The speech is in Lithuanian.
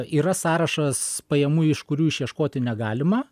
yra sąrašas pajamų iš kurių išieškoti negalima